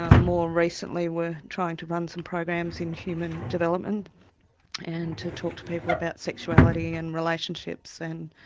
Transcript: ah more recently were trying to run some programs in human development and to talk to people about sexuality and relationships. and